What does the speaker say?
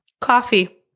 Coffee